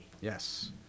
Yes